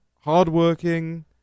hardworking